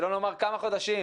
שלא נאמר כמה חודשים,